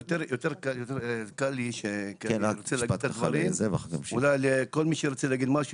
יותר קל לי לומר את הדברים וכל מי שרוצה להגיד משהו,